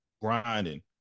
grinding